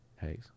Hey